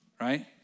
right